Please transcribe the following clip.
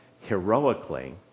heroically